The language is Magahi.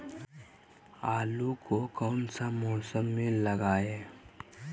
आलू को कौन सा मौसम में लगाए?